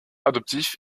adoptif